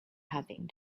having